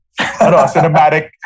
cinematic